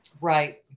Right